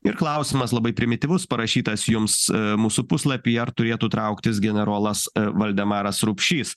ir klausimas labai primityvus parašytas jums mūsų puslapyje ar turėtų trauktis generolas valdemaras rupšys